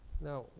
now